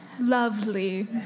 Lovely